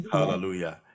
Hallelujah